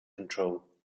control